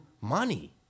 money